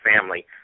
family